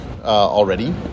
already